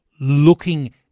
looking